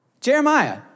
Jeremiah